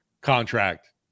contract